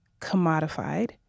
commodified